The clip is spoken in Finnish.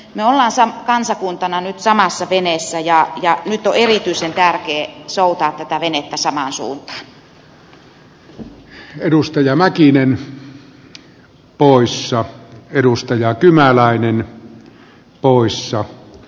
me olemme kansakuntana nyt samassa veneessä ja nyt on erityisen tärkeää soutaa tätä venettä samaan suuntaan